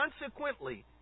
Consequently